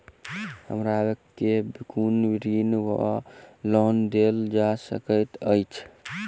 हमरा केँ कुन ऋण वा लोन देल जा सकैत अछि?